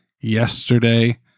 yesterday